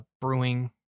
brewing